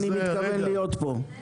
אני מתכוון להיות פה.